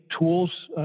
tools